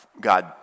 God